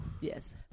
yes